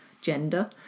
gender